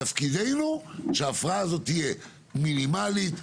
תפקידנו שההפרעה הזאת תהיה מינימלית,